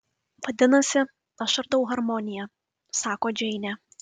vadinasi aš ardau harmoniją sako džeinė